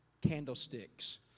candlesticks